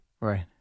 Right